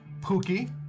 Pookie